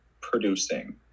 producing